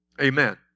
Amen